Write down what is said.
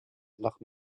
nach